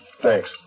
Thanks